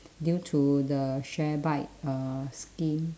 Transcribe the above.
due to the share bike uh scheme